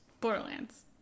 Borderlands